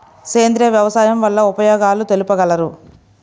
సేంద్రియ వ్యవసాయం వల్ల ఉపయోగాలు తెలుపగలరు?